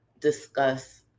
discuss